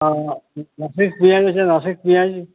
হ্যাঁ হ্যাঁ নাসিক পিঁয়াজ আছে নাসিক পিঁয়াজ